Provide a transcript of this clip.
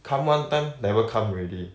come one time never come already